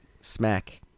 smack